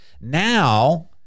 Now